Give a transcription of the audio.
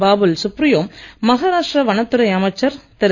பாபுல் சுப்ரியோ மஹாராஷ்டிர வனத்துறை அமைச்சர் திரு